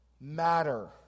matter